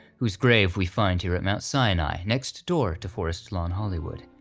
whose grave we find here at mount sinai, next door to forest lawn hollywood.